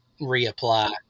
reapply